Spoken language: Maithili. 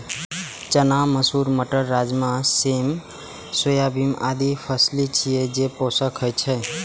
चना, मसूर, मटर, राजमा, सेम, सोयाबीन आदि फली छियै, जे पोषक होइ छै